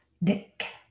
Nick